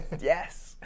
Yes